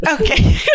Okay